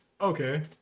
Okay